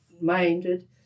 Minded